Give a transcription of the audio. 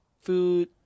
food